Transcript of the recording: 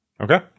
Okay